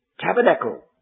tabernacle